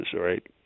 right